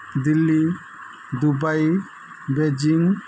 Delhi Dubai Beijing